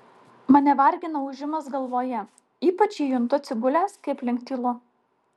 mane vargina ūžimas galvoje ypač jį juntu atsigulęs kai aplink tylu